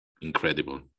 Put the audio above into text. incredible